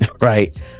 right